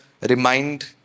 remind